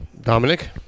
Dominic